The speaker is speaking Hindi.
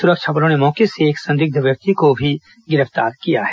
सुरक्षा बलों ने मौके से एक संदिग्ध व्यक्ति को भी गिरफ्तार किया है